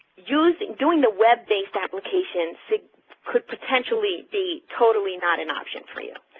using doing the web-based application could potentially be totally not an option for you,